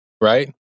right